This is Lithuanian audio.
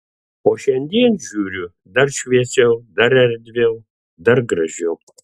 o šiandien žiūriu dar šviesiau dar erdviau dar gražiau